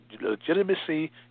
legitimacy